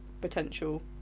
potential